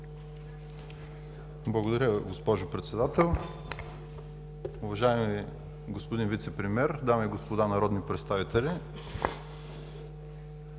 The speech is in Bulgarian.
Благодаря, госпожо Председател. Уважаеми господин Вицепремиер, дами и господа народни представители!